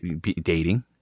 dating